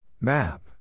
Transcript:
Map